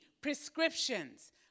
prescriptions